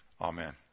amen